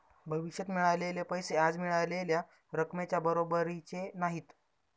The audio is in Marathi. भविष्यात मिळालेले पैसे आज मिळालेल्या रकमेच्या बरोबरीचे नाहीत